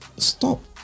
stop